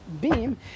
beam